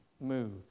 move